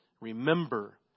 Remember